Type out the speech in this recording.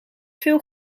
veel